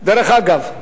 דרך אגב,